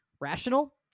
rational